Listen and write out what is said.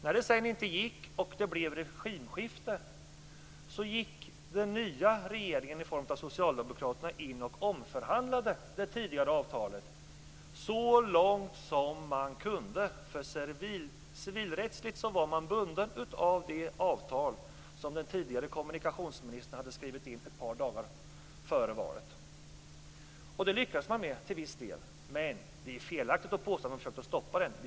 När det sen inte gick, och det blev regimskifte, gick den nya regeringen i form av Socialdemokraterna in och omförhandlade det tidigare avtalet så långt som man kunde. Civilrättsligt var man nämligen bunden av det avtal som den tidigare kommunikationsministern hade skrivit in ett par dagar före valet. Till viss del lyckades man också med detta. Det är felaktigt att påstå att vi försökta stoppa Arlandabanan.